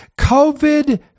COVID